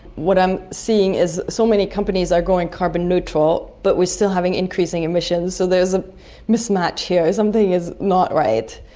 what i'm seeing is so many companies are going carbon neutral, but we're still having increasing emissions, so there's a mismatch here. something is not right.